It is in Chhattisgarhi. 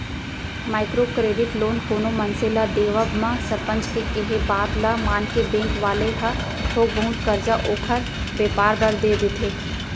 माइक्रो क्रेडिट लोन कोनो मनसे ल देवब म सरपंच के केहे बात ल मानके बेंक वाले ह थोक बहुत करजा ओखर बेपार बर देय देथे